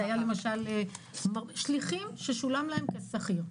אלה היו, למשל, שליחים ששולם להם כשכיר.